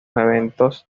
eventos